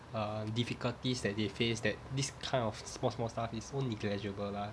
uh difficulties that they face that this kind of small small stuff it's all negligible lah